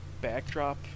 backdrop